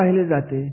हे पाहिले जाते